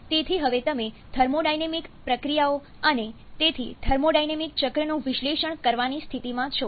તેથી હવે તમે થર્મોડાયનેમિક પ્રક્રિયાઓ અને તેથી થર્મોડાયનેમિક ચક્રનું વિશ્લેષણ કરવાની સ્થિતિમાં છો